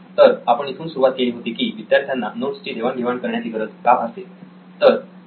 तर आपण इथून सुरुवात केली होती की विद्यार्थ्यांना नोट्सची देवाणघेवाण करण्याची गरज का भासते